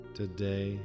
Today